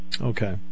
Okay